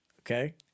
Okay